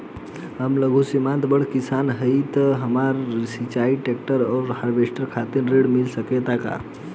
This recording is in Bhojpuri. हम लघु सीमांत बड़ किसान हईं त हमरा सिंचाई ट्रेक्टर और हार्वेस्टर खातिर ऋण मिल सकेला का?